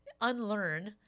unlearn